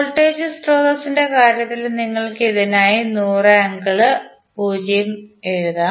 voltage സ്രോതസിന്റെ കാര്യത്തിൽ നിങ്ങൾ ഇതിനായി 100∠0◦ എഴുതാം